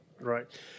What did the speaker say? Right